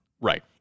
Right